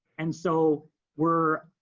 and so we're